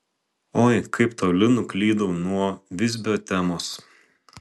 oi kaip toli nuklydau nuo visbio temos